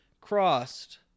crossed